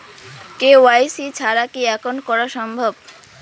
KYC ছাড়া কি account করা সম্ভব?